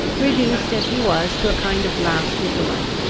reduced as he was to a kind of last resort,